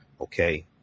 Okay